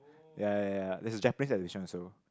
ya ya ya there's a Japanese edition also